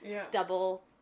Stubble